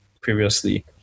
previously